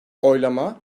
oylama